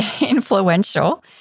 influential